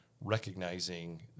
recognizing